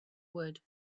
wood